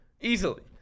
Easily